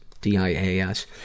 D-I-A-S